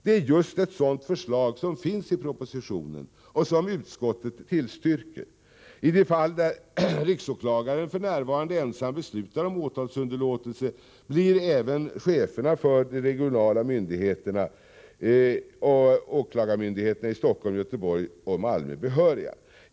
Det är just ett sådant förslag som finns i propositionen och som utskottet tillstyrker. I de fall där riksåklagaren f. n. ensam beslutar om åtalsunderlåtelse blir även cheferna för de regionala myndigheterna och för åklagarmyndigheterna i Stockholm, Göteborg och Malmö behöriga.